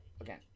again